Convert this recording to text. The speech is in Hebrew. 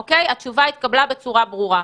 התשובה התקבלה בצורה ברורה.